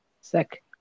sick